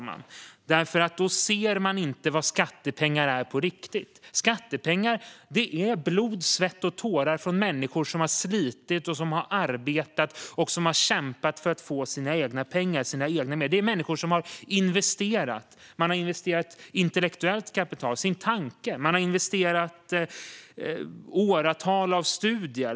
Då ser man nämligen inte vad skattepengar är på riktigt. Skattepengar är blod, svett och tårar från människor som har slitit, arbetat och kämpat för att få egna pengar och egna medel. Det är människor som har investerat intellektuellt kapital, sina tankar och åratal av studier.